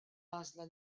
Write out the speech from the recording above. għażla